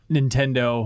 Nintendo